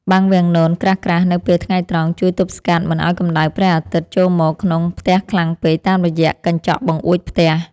បាំងវាំងននក្រាស់ៗនៅពេលថ្ងៃត្រង់ជួយទប់ស្កាត់មិនឱ្យកម្តៅព្រះអាទិត្យចូលមកក្នុងផ្ទះខ្លាំងពេកតាមរយៈកញ្ចក់បង្អួចផ្ទះ។